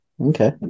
okay